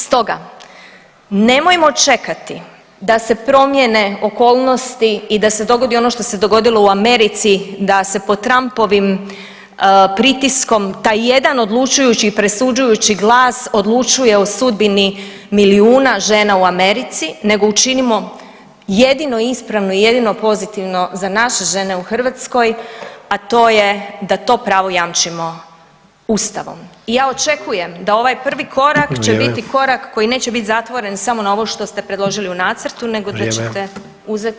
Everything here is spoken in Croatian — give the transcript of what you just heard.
Stoga nemojmo čekati da se promijene okolnosti i da se dogodi ono što se dogodilo u Americi da se pod Trumpovim pritiskom taj jedan odlučujući i presuđujući glas odlučuje o sudbini milijuna žena u Americi nego učinimo jedino ispravno i jedino pozitivno za naše žene u Hrvatskoj, a to je da to pravo jamčimo ustavom i ja očekujem da ovaj prvi korak će biti korak koji neće bit zatvoren samo na ovo što ste predložili u nacrtu nego da ćete uzeti u obzir i neke druge stvari.